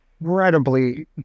incredibly